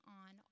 on